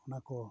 ᱚᱱᱟ ᱠᱚ